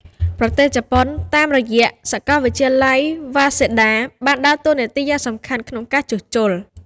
ប្រទេសជប៉ុន តាមរយៈសាកលវិទ្យាល័យ វ៉ាសេដា Waseda បានដើរតួនាទីយ៉ាងសំខាន់ក្នុងការជួសជុល។